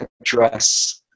address